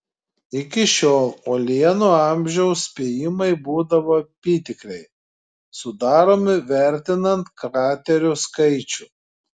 iki šiol uolienų amžiaus spėjimai būdavo apytikriai sudaromi vertinant kraterių skaičių